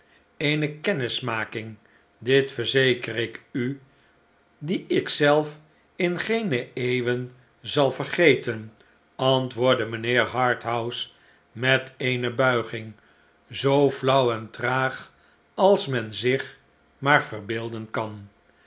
eene kennismaking dit verzeker ik u die ik zelf in geene eeuwen zal vergeten antwoordde mijnheer harthouse met eene buiging zoo flauw en traag als men zich maar verbeelden kan